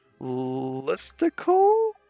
listicle